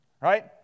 Right